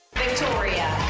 victoria.